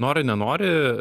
nori nenori